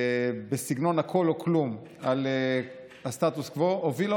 בסגנון הכול או כלום על הסטטוס קוו הובילה